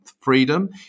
freedom